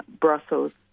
Brussels